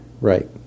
Right